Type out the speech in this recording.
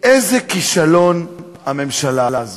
איזה כישלון הממשלה הזאת.